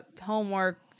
homework